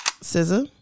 Scissor